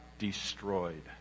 destroyed